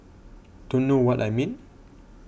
don't know what I mean